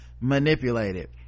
manipulated